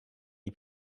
ait